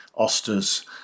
Osters